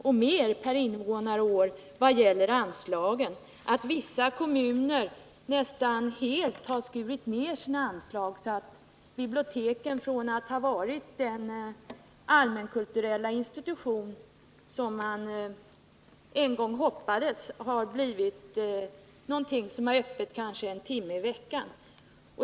och mer per invånare och år vad gäller anslagen och att vissa kommuner nästan helt har skurit ned sina anslag, så att biblioteken från att ha varit den allmänkulturella institution som man en gång menade att de skulle vara nu håller öppet kanske en timme i veckan.